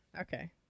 Okay